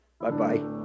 Bye-bye